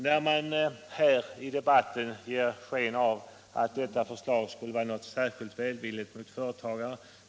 Man ger här i debatten sken av att detta förslag skulle vara särskilt välvilligt mot företagare.